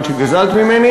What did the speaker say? לא, לא על חשבון זמני.